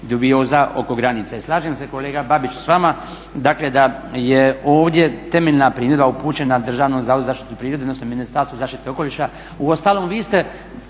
dubioza oko granica. Slažem se kolega Babić s vama dakle da je ovdje temeljna primjedba upućena Državnom zavodu za zaštitu prirode, odnosno Ministarstvu zaštite okoliša. Uostalom vi ste,